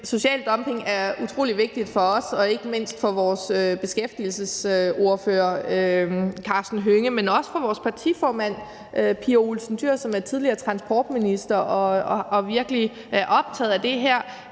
Social dumping er et utrolig vigtigt område for os og ikke mindst for vores beskæftigelsesordfører, Karsten Hønge – men også for vores partiformand, Pia Olsen Dyhr, som er tidligere transportminister og virkelig er optaget af det her,